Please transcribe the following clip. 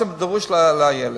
שדרוש לילד.